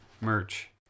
merch